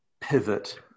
pivot